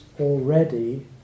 already